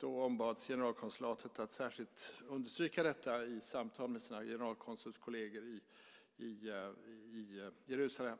Då ombads generalkonsulatet att särskilt understryka detta i samtal med sina generalkonsulskolleger i Jerusalem.